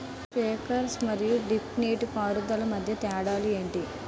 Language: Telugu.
స్ప్రింక్లర్ మరియు డ్రిప్ నీటిపారుదల మధ్య తేడాలు ఏంటి?